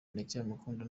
ndacyamukunda